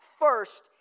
first